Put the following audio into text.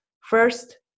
first